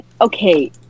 okay